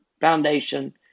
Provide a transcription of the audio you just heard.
foundation